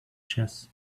chess